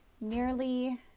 nearly